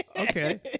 okay